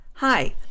Hi